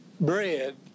bread